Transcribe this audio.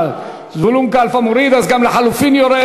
זבולון קלפה מוריד, אז גם לחלופין יורד.